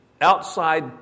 outside